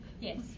Yes